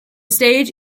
stage